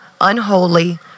unholy